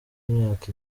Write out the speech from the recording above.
imyaka